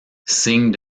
signe